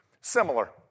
similar